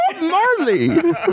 Marley